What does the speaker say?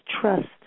trust